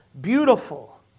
beautiful